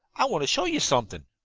i want to show you something.